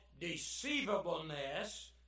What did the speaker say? deceivableness